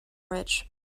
rich